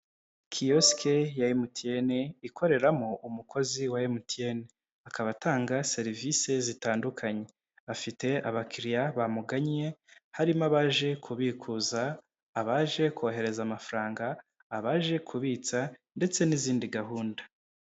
kiyosike ya Emutiyene ikoreramo umukozi wa Emutiyene akaba atanga serivisi zitandukanye afite abakiriya bamugannye harimo abaje kubikuza, abaje kohereza amafaranga, abaje kubitsa ,ndetse n'izindi gahunda.